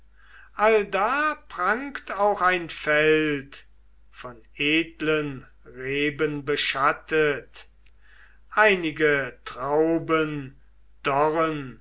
allda prangt auch ein feld von edlen reben beschattet einige trauben